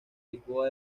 lisboa